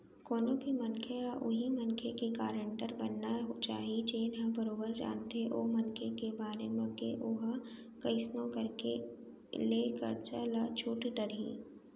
कोनो भी मनखे ह उहीं मनखे के गारेंटर बनना चाही जेन ह बरोबर जानथे ओ मनखे के बारे म के ओहा कइसनो करके ले करजा ल छूट डरही